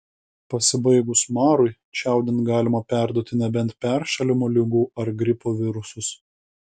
pasibaigus marui čiaudint galima perduoti nebent peršalimo ligų ar gripo virusus